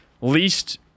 least